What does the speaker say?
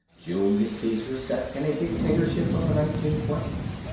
julius caesar set in a dictatorship of the nineteen twenty s,